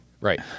Right